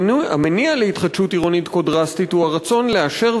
המניע להתחדשות עירונית כה דרסטית הוא הרצון לאשר